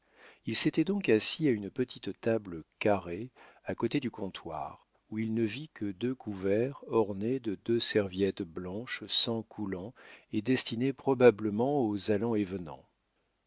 il s'était donc assis à une petite table carrée à côté du comptoir où il ne vit que deux couverts ornés de deux serviettes blanches sans coulant et destinées probablement aux allants et venants